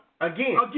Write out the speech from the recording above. again